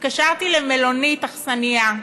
התקשרתי למלונית, אכסניה,